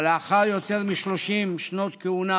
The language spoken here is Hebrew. אבל לאחר יותר מ-30 שנות כהונה